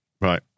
Right